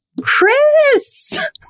Chris